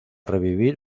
revivir